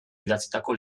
idatzitako